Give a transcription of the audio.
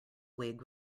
wig